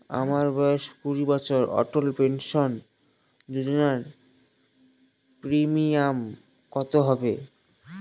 আমার বয়স কুড়ি বছর অটল পেনসন যোজনার প্রিমিয়াম কত হবে?